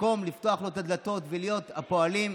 במקום לפתוח לו את הדלתות ולהיות הפועלים,